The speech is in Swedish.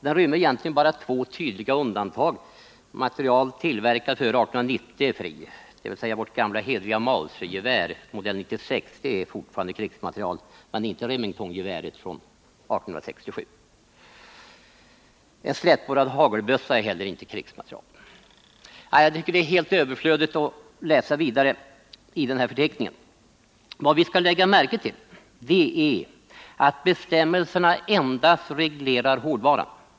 Den rymmer bara två tydliga undantag. Materiel tillverkad före 1890 är fri. Dvs. vårt gamla hederliga mausergevär m/96 är fortfarande krigsmateriel men däremot inte Remingtongeväret från 1867. En slätborrad hagelbössa är inte heller krigsmateriel. Det är helt överflödigt att läsa vidare i krigsmaterielförteckningen. Vad vi däremot skall lägga märke till är att bestämmelserna endast reglerar hårdvaran.